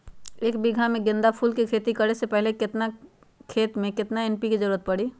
एक बीघा में गेंदा फूल के खेती करे से पहले केतना खेत में केतना एन.पी.के के जरूरत परी?